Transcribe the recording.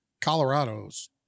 Colorado's